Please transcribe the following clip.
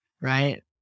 Right